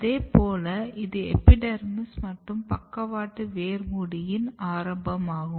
அதேபோல இது எபிடெர்மிஸ் மற்றும் பக்கவாட்டு வேர் மூடியின் ஆரம்பம் ஆகும்